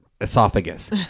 esophagus